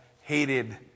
hated